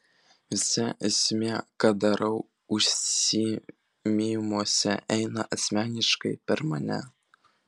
visa esmė ką darau užsiėmimuose eina asmeniškai per mane